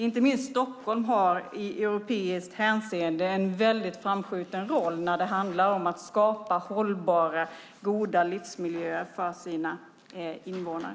Inte minst Stockholm har i europeiskt hänseende en framskjuten roll när det handlar om att skapa hållbara goda livsmiljöer för sina invånare.